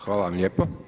Hvala vam lijepo.